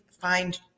find